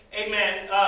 amen